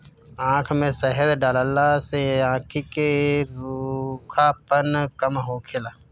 आँख में शहद डालला से आंखी के रूखापन कम होखेला